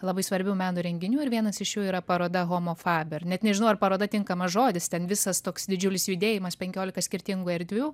labai svarbių meno renginių ir vienas iš jų yra paroda homofaber net nežinau ar paroda tinkamas žodis ten visas toks didžiulis judėjimas penkiolika skirtingų erdvių